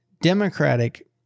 Democratic